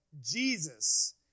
Jesus